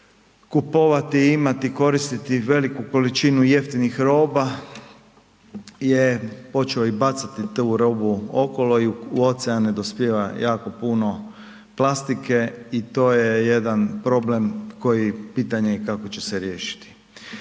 kupovati i imati i koristiti veliku količinu jeftinih roba je počeo i bacati tu robu okolo i u oceane dospijeva jako puno plastike i to je jedan problem, pitanje je kako će se riješiti.